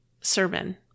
sermon